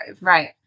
right